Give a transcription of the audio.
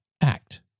act